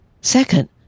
Second